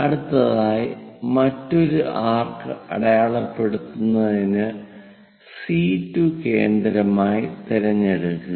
അടുത്തതായി മറ്റൊരു ആർക്ക് അടയാളപ്പെടുത്തുന്നതിന് C2 കേന്ദ്രമായി തിരഞ്ഞെടുക്കുക